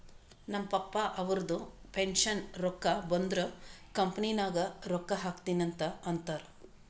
ನಮ್ ಪಪ್ಪಾ ಅವ್ರದು ಪೆನ್ಷನ್ ರೊಕ್ಕಾ ಬಂದುರ್ ಕಂಪನಿ ನಾಗ್ ರೊಕ್ಕಾ ಹಾಕ್ತೀನಿ ಅಂತ್ ಅಂತಾರ್